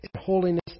holiness